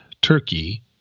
Turkey